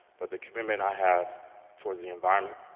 but the commitment i have towards the environment,